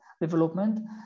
development